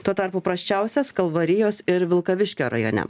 tuo tarpu prasčiausias kalvarijos ir vilkaviškio rajone